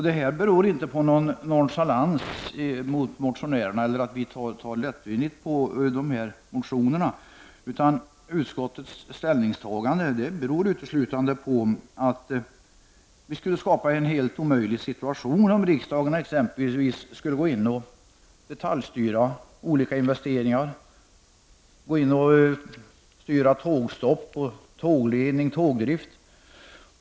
Detta beror inte på att vi i utskottet är nonchalanta mot motionärerna eller på att vi tar lättvindigt på dessa motioner, utan utskottets ställningstagande beror uteslutande på att det skulle skapas en helt omöjlig situation om riksdagen skulle detaljstyra olika investeringar, t.ex. styra tågstopp, tågledning och tågdrift.